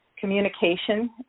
communication